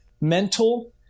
mental